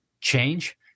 change